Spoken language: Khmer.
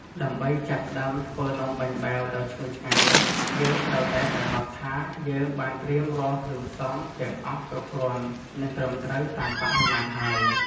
ដើម្បីចាប់ផ្តើមធ្វើនំបាញ់បែវដ៏ឈ្ងុយឆ្ងាញ់នេះ យើងត្រូវតែប្រាកដថា យើងបានត្រៀមរាល់គ្រឿងផ្សំ ទាំងអស់គ្រប់គ្រាន់ និងត្រឹមត្រូវតាមបរិមាណហើយ។